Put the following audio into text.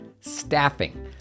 Staffing